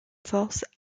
force